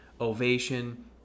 ovation